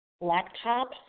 laptop